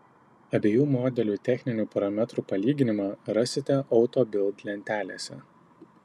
abiejų modelių techninių parametrų palyginimą rasite auto bild lentelėse